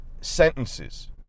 sentences